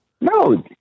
No